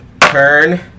turn